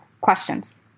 questions